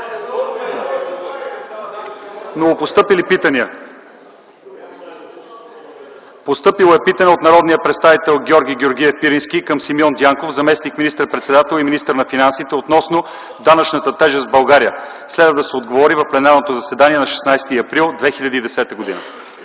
Новопостъпили питания. Постъпило е питане от народния представител Георги Георгиев Пирински към Симеон Дянков – заместник министър-председател и министър на финансите, относно данъчната тежест в България. Следва да се отговори в пленарното заседание на 16 април 2010 г.